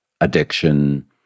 addiction